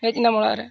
ᱦᱮᱡ ᱮᱱᱟᱢ ᱚᱲᱟᱜ ᱨᱮ